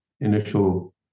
initial